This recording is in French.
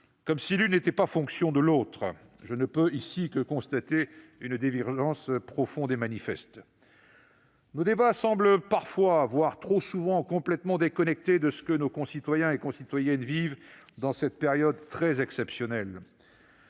comme si l'une n'était pas fonction de l'autre ! Je ne peux ici que constater, entre nous, une divergence profonde et manifeste. Nos débats semblent parfois, voire trop souvent, complètement déconnectés de ce que nos concitoyens et concitoyennes vivent dans cette période très exceptionnelle.